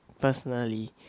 Personally